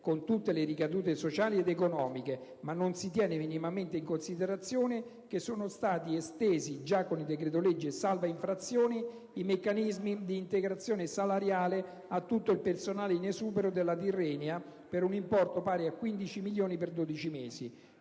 con tutte le ricadute sociali ed economiche, ma non si tiene minimamente in considerazione il fatto che sono stati estesi già con il cosiddetto decreto-legge salva infrazioni, i meccanismi di integrazione salariale a tutto il personale in esubero della Tirrenia per un importo pari a 15 milioni per 12 mesi.